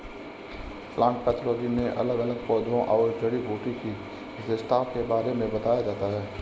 plant pathology में अलग अलग पौधों और जड़ी बूटी की विशेषताओं के बारे में बताया जाता है